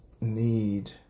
need